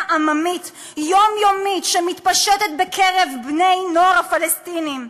עממית יומיומית שמתפשטת בקרב בני-הנוער הפלסטינים,